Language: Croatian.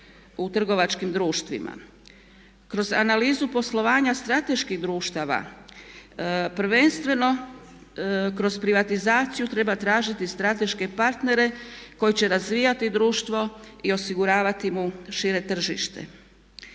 u trgovačkim društvima kroz analizu poslovanja strateških društava prvenstveno kroz privatizaciju treba tražiti strateške partner koji će razvijati društvo i osiguravati mu šire tržište.